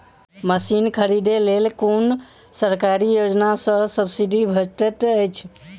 Machine खरीदे लेल कुन सरकारी योजना सऽ सब्सिडी भेटैत अछि?